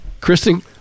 Kristen